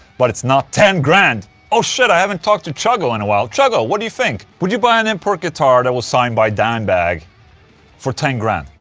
but it's not ten grand oh shit, i haven't talked to chuggo in a while. chuggo, what do you think? would you buy an import guitar that was signed by dimebag for ten grand?